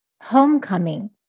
homecoming